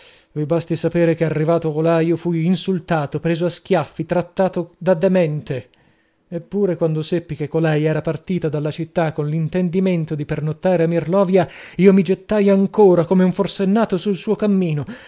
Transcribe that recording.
vi basti sapere che arrivato colà io fui insultato preso a schiaffi trattato da demente eppure quando seppi che colei era partita dalla città coll'intendimento di pernottare a mirlovia io mi gettai ancora come un forsennato sul suo cammino